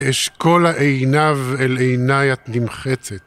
יש כל העיניו אל עיניי את נמחצת.